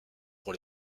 pour